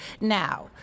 Now